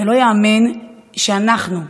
זה לא ייאמן שאנחנו,